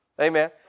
Amen